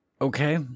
Okay